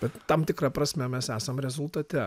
bet tam tikra prasme mes esam rezultate